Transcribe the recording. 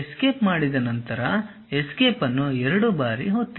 escape ಮಾಡಿದ ನಂತರ escape ಅನ್ನು ಎರಡು ಬಾರಿ ಒತ್ತಿರಿ